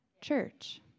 church